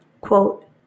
Quote